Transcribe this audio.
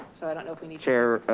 so i don't know if we need chair,